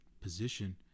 position